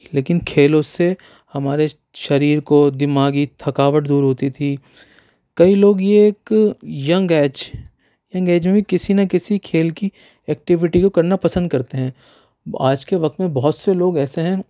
لیکن کھیلوں سے ہمارے شریر کو دماغی تھکاوٹ دور ہوتی تھی کئی لوگ یہ ایک ینگ ایج میں کسی نہ کسی کھیل کی ایکٹیویٹی کو کرنا پسند کرتے ہیں آج کے وقت میں بہت سے لوگ ایسے ہیں